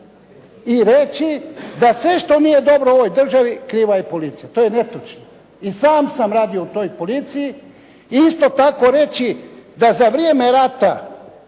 i reći da sve što nije dobro u ovoj državi kriva je policija. To je netočno. I sam sam radio u toj policiji i isto tako reći da za vrijeme rata